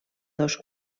dos